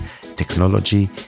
technology